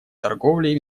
торговле